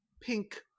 pink